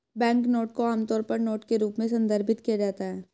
banknote को आमतौर पर नोट के रूप में संदर्भित किया जाता है